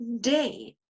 day